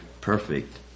perfect